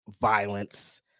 violence